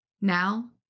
Now